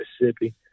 mississippi